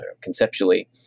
conceptually